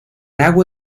agua